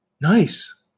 Nice